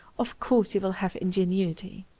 of course he will have ingenuity,